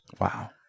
Wow